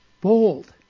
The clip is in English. bold